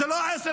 זה לא 10%,